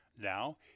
Now